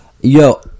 yo